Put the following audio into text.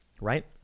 right